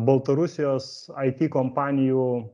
baltarusijos it kompanijų